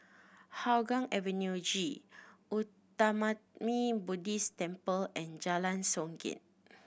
Hougang Avenue G Uttamayanmuni Buddhist Temple and Jalan Songket